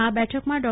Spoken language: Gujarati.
ઓ બેઠકમાં ડો